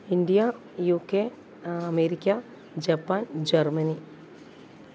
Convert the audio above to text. India UK America Japan Germany